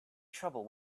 trouble